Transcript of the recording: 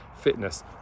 fitness